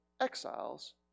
exiles